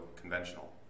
conventional